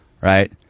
right